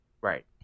Right